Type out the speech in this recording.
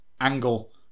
angle